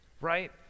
right